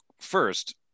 first